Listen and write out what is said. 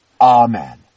Amen